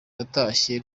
natashye